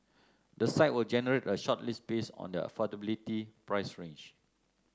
the site will generate a shortlist based on their affordability price range